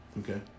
Okay